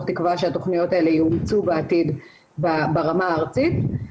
תקווה שהתוכניות האלה יאומצו בעתיד ברמה הארצית.